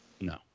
No